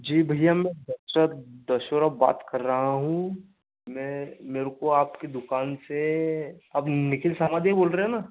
जी भैया मैं बक्सर द सौरव बात कर रहा हूँ मैं मेरे को आपकी दुकान से आप निखिल सामादी बोल रहे हैं ना